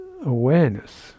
awareness